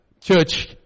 church